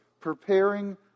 preparing